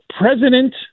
President